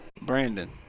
Brandon